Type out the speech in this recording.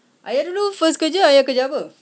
ayah dulu first kerja ayah kerja apa